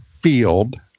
field